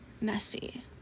messy